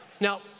Now